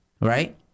right